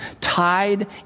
tied